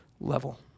level